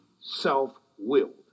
self-willed